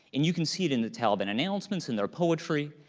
and you can see it in the taliban announcements, in their poetry.